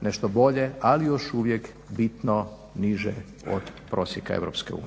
nešto bolje ali još uvijek bitno niže od prosjeka EU.